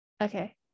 Okay